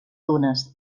dunes